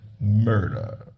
murder